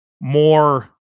more